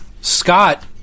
Scott